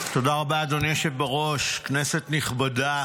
תודה רבה, אדוני היושב בראש, כנסת נכבדה.